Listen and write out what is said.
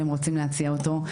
והם רוצים להציע אותו.